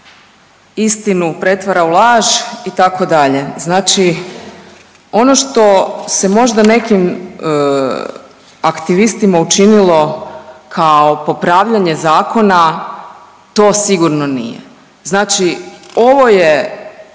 istinu pretvara u laž itd., znači ono što se možda nekim aktivistima učinilo kao popravljanje zakona to sigurno nije. Znači ovo je